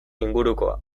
ingurukoa